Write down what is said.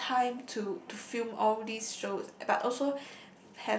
find time to to film all this shows eh but also